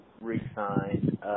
re-sign